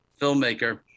filmmaker